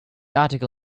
article